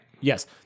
Yes